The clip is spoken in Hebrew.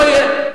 לא יהיה,